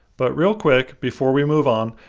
but real quick, before we move on,